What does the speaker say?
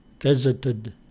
visited